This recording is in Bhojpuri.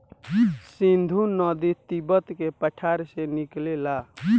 सिन्धु नदी तिब्बत के पठार से निकलेला